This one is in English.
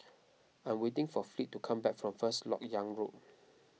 I am waiting for Fleet to come back from First Lok Yang Road